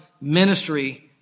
ministry